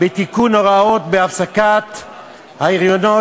בתיקון הוראות בעניין הפסקת ההריונות.